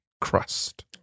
crust